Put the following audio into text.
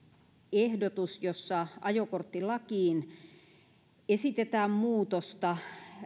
ehdotus jossa ajokorttilakiin esitetään muutosta